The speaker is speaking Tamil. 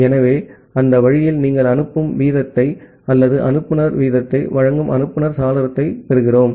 ஆகவே அந்த வழியில் நீங்கள் அனுப்பும் வீதத்தை அல்லது அனுப்புநர் வீதத்தை வழங்கும் அனுப்புநர் சாளரத்தைப் பெறுகிறோம்